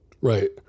Right